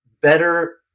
better